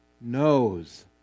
knows